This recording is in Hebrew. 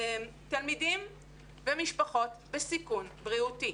תלמידים ומשפחות בסיכון בריאותי